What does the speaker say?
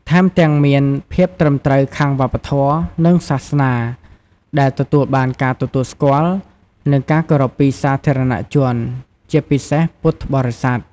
ថែមទាំងមានភាពត្រឹមត្រូវខាងវប្បធម៌ និងសាសនា ដែលទទួលបានការទទួលស្គាល់ និងការគោរពពីសាធារណជន ជាពិសេសពុទ្ធបរិស័ទ។